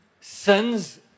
Sins